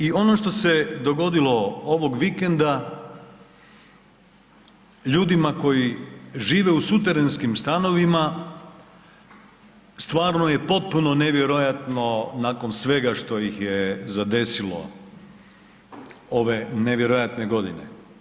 I ono što se dogodilo ovog vikenda ljudima koji žive u suterenskim stanovima stvarno je potpuno nevjerojatno nakon svega što ih je zadesilo ove nevjerojatne godine.